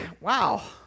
wow